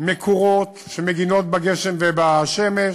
מקורות שמגינות בגשם ובשמש,